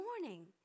morning